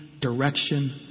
direction